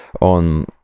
on